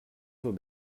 taux